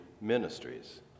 ministries